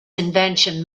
invention